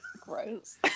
gross